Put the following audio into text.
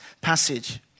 passage